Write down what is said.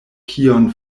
kion